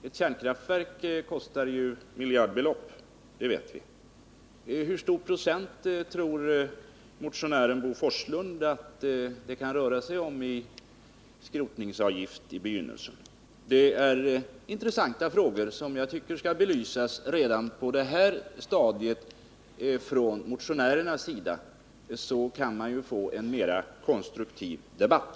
Ett kärnkraftverk kostar miljardbelopp, det vet vi. Hur stor procent tror motionären Bo Forslund att det kan röra sig om i skrotningsavgift i begynnelsen? Det är intressanta frågor som jag tycker skall belysas redan på det här stadiet från motionärernas sida. Man kan därigenom få en mera konstruktiv debatt.